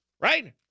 right